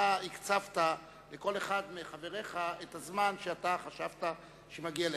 אתה הקצבת לכל אחד מחבריך את הזמן שאתה חשבת שמגיע לו.